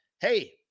Hey